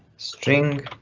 string,